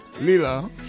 Lila